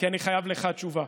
כי אני חייב לך תשובה.